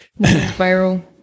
Viral